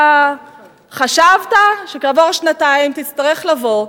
חשבת שכעבור שנתיים תצטרך לבוא,